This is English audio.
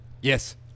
Yes